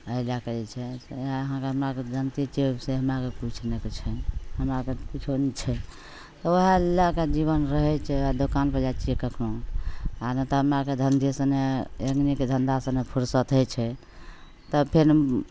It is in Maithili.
एहि लैके जे छै से वएह हमरा आओरके जानिते छिए से हमरा आओरके किछु नहि छै हमरा आओरके किछु नहि छै वएह लैके जीवन रहै छै वएह दोकानपर जाइ छिए कखनहु आओर नहि तऽ हमरा आओरके धन्धे से नहि एहि आदमीके धन्धासे नहि फुरसति होइ छै तब फेर